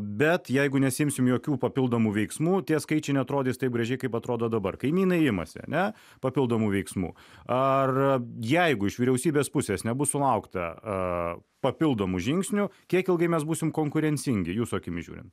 bet jeigu nesiimsim jokių papildomų veiksmų tie skaičiai neatrodys taip gražiai kaip atrodo dabar kaimynai imasi ane papildomų veiksmų ar jeigu iš vyriausybės pusės nebus sulaukta papildomų žingsnių kiek ilgai mes būsim konkurencingi jūsų akimis žiūrint